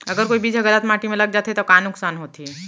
अगर कोई बीज ह गलत माटी म लग जाथे त का नुकसान होथे?